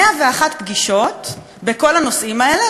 101 פגישות בכל הנושאים האלה,